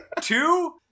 Two